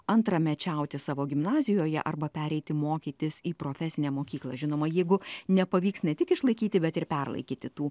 antramečiauti savo gimnazijoje arba pereiti mokytis į profesinę mokyklą žinoma jeigu nepavyks ne tik išlaikyti bet ir perlaikyti tų